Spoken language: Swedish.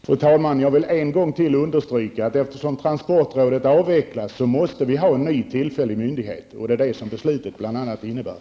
Fru talman! Jag vill ännu en gång understryka att eftersom transportrådet avvecklas måste vi ha en ny tillfällig myndighet. Det är bl.a. det som beslutet innebär.